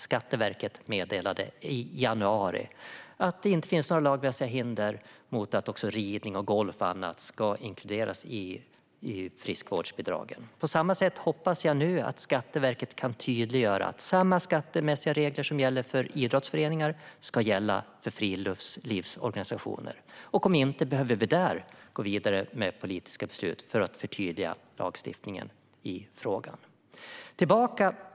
Skatteverket meddelade i januari att det inte finns några lagliga hinder mot att också ridning, golf och annat ska inkluderas i friskvårdsbidraget. Jag hoppas nu att Skatteverket också kan tydliggöra att samma skattemässiga regler som gäller för idrottsföreningar ska gälla för friluftslivsorganisationer. Om det inte sker, behöver vi gå vidare med politiska beslut för att förtydliga lagstiftningen i den frågan.